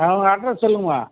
உங்கள் அட்ரெஸ் சொல்லுங்க